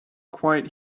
quite